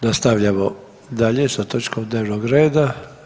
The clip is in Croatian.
Nastavljamo dalje sa točkom dnevnog reda.